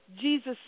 Jesus